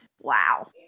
Wow